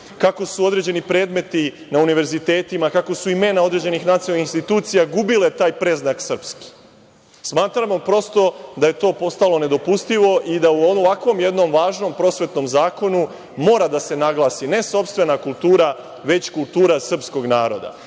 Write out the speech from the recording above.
kako su određeni predmeti na univerzitetima, kako su imena određenih nacionalnih institucija gubile taj predznak srpski. Smatramo, prosto, da je to postalo nedopustivo i da u ovako jednom važnom prosvetnom zakonu mora da se naglasi ne sopstvena kultura, već kultura srpskog naroda.